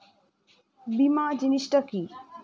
বীমা জিনিস টা কি?